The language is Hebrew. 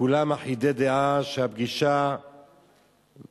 כולם אחידי דעה שהפגישה שקדמה,